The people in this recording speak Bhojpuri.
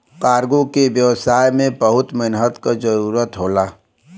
कार्गो के व्यवसाय में बहुत मेहनत क जरुरत होला